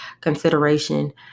consideration